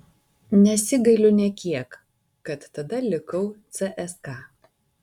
nesigailiu nė kiek kad tada likau cska